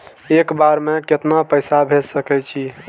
एक बार में केतना पैसा भेज सके छी?